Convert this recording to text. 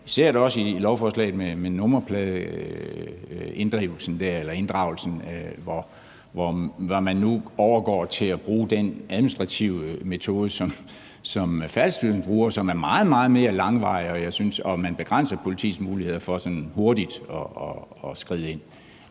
i forbindelse med nummerpladeinddragelsen, hvor man nu overgår til at bruge den administrative metode, som Færdselsstyrelsen bruger, som er meget mere langvarig, og hvor jeg synes at man begrænser politiets muligheder for sådan hurtigt at skride ind